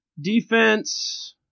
defense